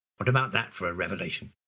what about that for a revelation?